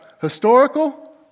historical